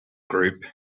group